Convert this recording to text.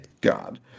God